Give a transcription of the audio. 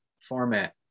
format